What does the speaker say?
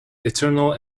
eternal